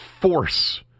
force